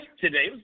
today